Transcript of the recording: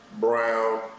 Brown